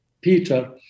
Peter